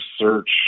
search